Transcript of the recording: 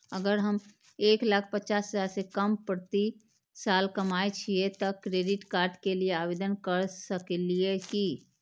अगर हम एक लाख पचास हजार से कम प्रति साल कमाय छियै त क्रेडिट कार्ड के लिये आवेदन कर सकलियै की?